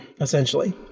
essentially